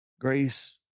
Grace